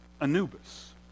Anubis